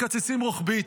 מקצצים רוחבית.